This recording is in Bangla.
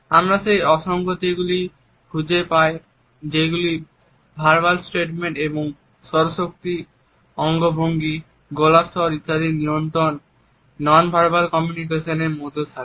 আমরা সেই অসঙ্গতি গুলি খুঁজে পাই যেগুলি ভার্বাল স্টেটমেন্ট এবং স্বরভঙ্গি অঙ্গভঙ্গি গলার স্বর নিয়ন্ত্রণ ইত্যাদি নন ভার্বাল কমিউনিকেশন এর মধ্যে থাকে